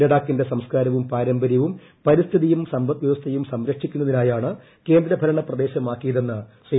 ലഡാക്കിന്റെ സംസ്കാരവും പാരമ്പര്യവും പരിസ്ഥിതിയും സമ്പദ്വൃവസ്ഥയും സംരക്ഷിക്കുന്നതിനായാണ് കേന്ദ്രഭരണ പ്രദേശമാക്കിയതെന്ന് ശ്രീ